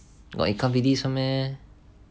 got ikan bilis [one] meh